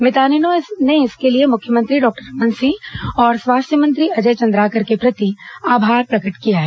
मितानिनों ने इसके लिए मुख्यमंत्री डॉक्टर रमन सिंह और स्वास्थ्य मंत्री अजय चंद्राकर के प्रति आभार प्रकट किया है